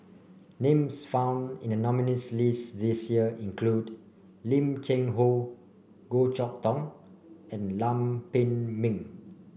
names found in the nominees' list this year include Lim Cheng Hoe Goh Chok Tong and Lam Pin Min